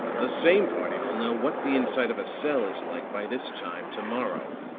the same party will know what the inside of a cell is like by this time to-morrow.